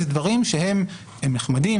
אלה דברים שהם נחמדים,